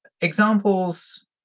examples